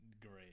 great